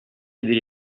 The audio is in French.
aider